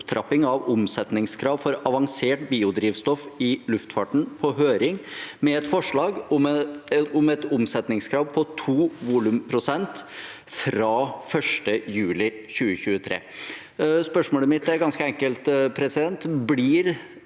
opptrapping av omsetningskrav for avansert biodrivstoff i luftfart på høring, med forslag om et omsetningskrav på 2 volumprosent fra 1. juli 2023.» Spørsmålet mitt er ganske enkelt: Blir